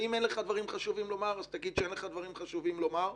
ואם אין לך דברים חשובים לומר,